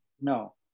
No